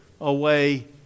away